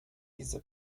diese